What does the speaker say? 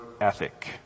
ethic